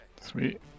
Sweet